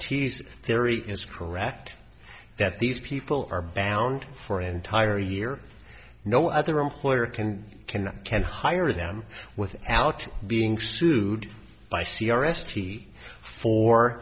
ts theory is correct that these people are bound for entire year no other employer can can can hire them without being sued by c r s t for